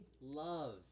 love